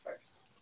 first